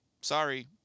sorry